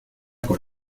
con